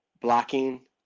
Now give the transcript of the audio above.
blocking